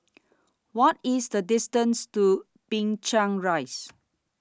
What IS The distance to Binchang Rise